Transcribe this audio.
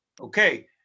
okay